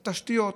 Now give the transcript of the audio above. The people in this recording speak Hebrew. זה תשתיות,